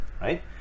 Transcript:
right